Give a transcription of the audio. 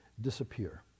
disappear